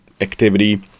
activity